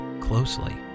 closely